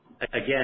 Again